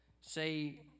say